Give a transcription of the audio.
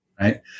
Right